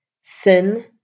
sin